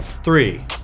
Three